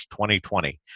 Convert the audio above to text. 2020